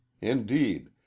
Indeed